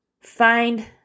find